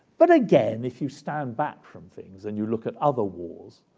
but again, if you stand back from things and you look at other wars,